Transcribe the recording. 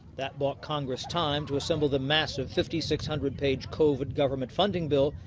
that bought congress time. to assemble the massive, fifty six hundred page covid government funding bill.